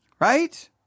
Right